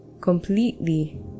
completely